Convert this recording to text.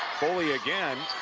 foley again,